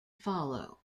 follow